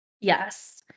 Yes